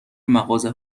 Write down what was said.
مغازه